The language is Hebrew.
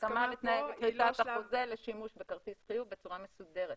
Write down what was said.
הסכמה לכריתת החוזה לשימוש בכרטיס חיוב בצורה מסודרת.